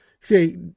Say